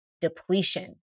depletion